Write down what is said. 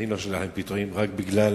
אבל אני לא שולח להם פיטורים רק בגלל